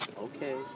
okay